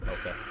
Okay